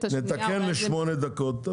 השמינית --- אנחנו נתקן לשמונה דקות.